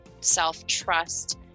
self-trust